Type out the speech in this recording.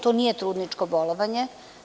To nije trudničko bolovanje.